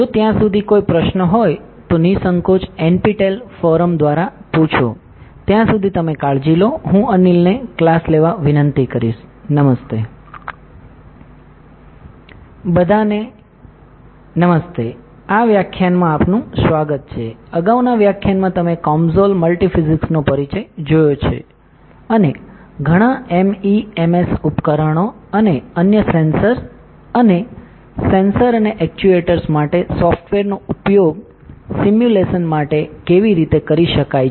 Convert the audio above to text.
જો ત્યાં સુધી કોઈ પ્રશ્નો હોય તો નિસંકોચ NPTEL ફોરમ દ્વારા પૂછો ત્યાં સુધી તમે કાળજી લો હું અનિલને ક્લાસ લેવા વિનંતી કરીશ બાય બધાને હાય આ વ્યાખ્યાનમાં આપનું સ્વાગત છે અગાઉના વ્યાખ્યાનમાં તમે COMSOL મલ્ટિફિઝિક્સનો પરિચય જોયો છે અને ઘણા MEMS ઉપકરણો અને અન્ય સેન્સર્સ અને સેન્સર અને એક્ચ્યુએટર્સ માટે સોફ્ટવેરનો ઉપયોગ સિમ્યુલેશન માટે કેવી રીતે કરી શકાય છે